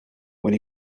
when